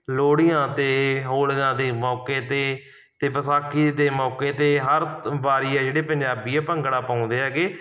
ਲੋਹੜੀਆਂ 'ਤੇ ਹੋਲੀਆਂ ਦੇ ਮੌਕੇ 'ਤੇ ਅਤੇ ਵਿਸਾਖੀ ਦੇ ਮੌਕੇ 'ਤੇ ਹਰ ਵਾਰ ਆ ਜਿਹੜੇ ਪੰਜਾਬੀ ਆ ਭੰਗੜਾ ਪਾਉਂਦੇ ਹੈਗੇ